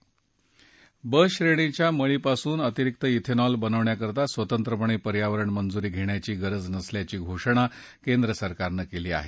ब श्रेणीच्या मळीपासून अतिरिक्त ओनॉल बनवण्याकरता स्वतंत्रपणे पर्यावरण मंजुरी घेण्याची गरज नसल्याची घोषणा केंद्र सरकारनं केली आहे